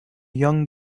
young